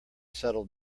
settle